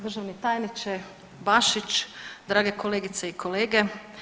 državni tajniče Bašić, drage kolegice i kolege.